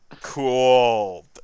Cool